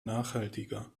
nachhaltiger